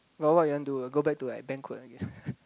but what you want to do go back to like banquet again